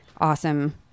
awesome